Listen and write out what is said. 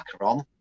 on